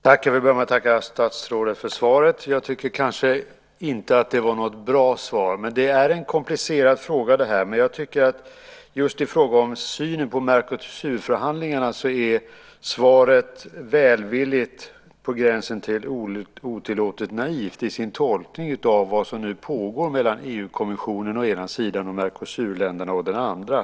Herr talman! Jag börjar med att tacka statsrådet för svaret. Jag tycker kanske inte att det var något bra svar. Detta är en komplicerad fråga, men just i fråga om synen på Mercosurförhandlingarna tycker jag att svaret är välvilligt på gränsen till otillåtet naivt i sin tolkning av vad som nu pågår mellan EU-kommissionen å den ena sidan och Mercosurländerna å den andra.